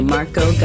Marco